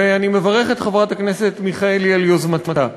ואני מברך את חברת הכנסת מיכאלי על יוזמתה.